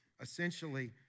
essentially